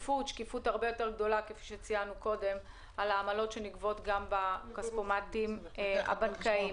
שקיפות הרבה יותר גדולה בנוגע לעמלות שנגבות בכספומטים הבנקאיים.